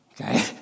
Okay